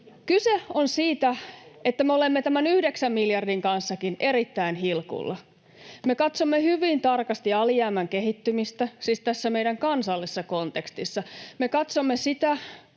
Kyse on siitä, että me olemme tämän yhdeksänkin miljardin kanssa erittäin hilkulla. Me katsomme hyvin tarkasti alijäämän kehittymistä, siis tässä meidän kansallisessa kontekstissa. Me katsomme sitä,